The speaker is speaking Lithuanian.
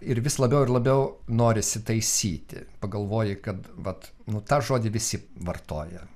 ir vis labiau ir labiau norisi taisyti pagalvoji kad vat nu tą žodį visi vartoja